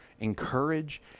encourage